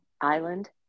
Island